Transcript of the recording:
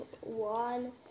one